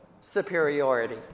superiority